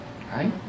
Right